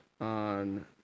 on